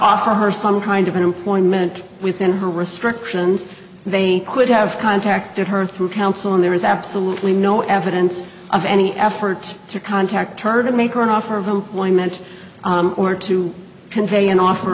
offer her some kind of an employment within her restrictions they could have contacted her through counsel and there is absolutely no evidence of any effort to contact her to make her an offer of employment or to convey an offer